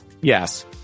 yes